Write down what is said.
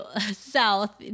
South